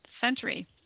century